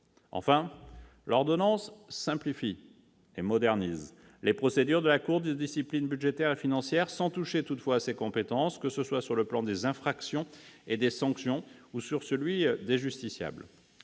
Enfin, l'ordonnance simplifie et modernise les procédures de la Cour de discipline budgétaire et financière, sans toucher toutefois à ses compétences, que ce soit sur le plan des infractions et des sanctions ou sur celui des justiciables.